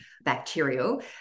bacterial